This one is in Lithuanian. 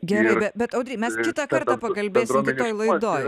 gerai be bet audry mes kitą kartą pakalbėsim kitoj laidoj